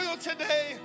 today